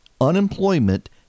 Unemployment